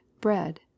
bread